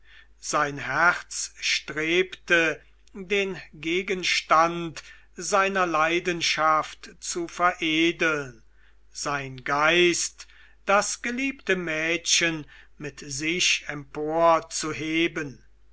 sein herz strebte den gegenstand seiner leidenschaft zu veredeln sein geist das geliebte mädchen mit sich emporzuheben